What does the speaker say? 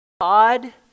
God